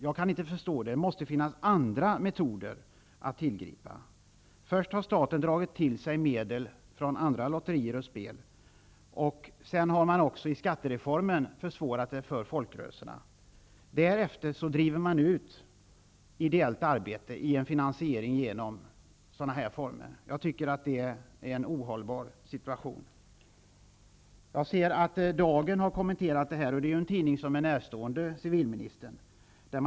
Jag kan inte förstå det. Det måste finnas andra metoder att tillgripa. Först har staten dragit till sig medel från andra lotterier och spel, och sedan har man också i skattereformen försvårat det för folkrörelserna, därefter driver man ut ideellt arbetande föreningar i en finansiering i sådana former. Jag tycker att det är en ohållbar situation. Jag ser att Dagen har kommenterat det här. Det är ju en tidning som är civilministern närstående.